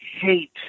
hate